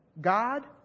God